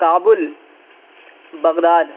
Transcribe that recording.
Kabul Baghdad